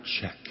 check